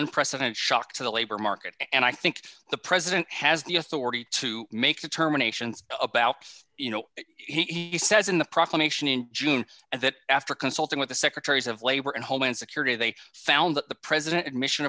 unprecedented shock to the labor market and i think the president has the authority to make determinations about you know he says in the proclamation in june and that after consulting with the secretaries of labor and homeland security they found that the president admission